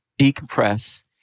decompress